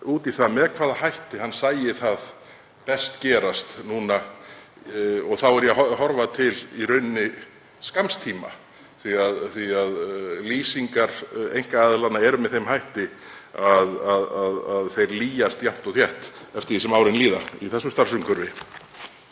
út í það með hvaða hætti hann sæi það best gerast núna. Þá er ég í rauninni að horfa til skamms tíma því að lýsingar einkaaðilanna eru með þeim hætti að þeir lýjast jafnt og þétt eftir því sem árin líða í þessu starfsumhverfi.